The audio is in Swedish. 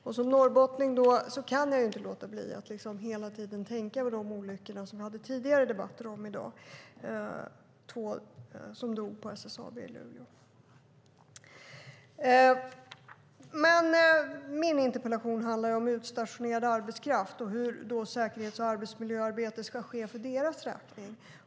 Som norrbottning kan jag inte låta bli att tänka på de olyckor vi tidigare i dag har haft debatter om, särskilt om de två som dog på SSAB i Luleå. Min interpellation handlar om utstationerad arbetskraft och hur säkerhets och arbetsmiljöarbetet ska ske för dessa personers räkning.